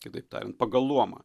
kitaip tariant pagal luomą